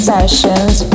Sessions